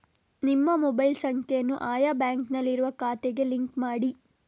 ನಿಮ್ಮ ಮೊಬೈಲ್ ಸಂಖ್ಯೆಯನ್ನು ಆಯಾ ಬ್ಯಾಂಕಿನಲ್ಲಿರುವ ಖಾತೆಗೆ ಲಿಂಕ್ ಮಾಡಿ